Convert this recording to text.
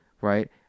right